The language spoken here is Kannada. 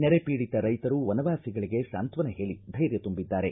ನೆರೆಪೀಡಿತ ರೈತರು ವನವಾಸಿಗಳಿಗೆ ಸಾಂತ್ವನ ಹೇಳಿ ಧೈರ್ಯ ತುಂಬಿದ್ದಾರೆ